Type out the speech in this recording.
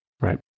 Right